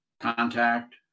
contact